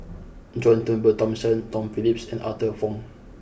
John Turnbull Thomson Tom Phillips and Arthur Fong